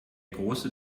große